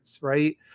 right